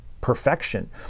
perfection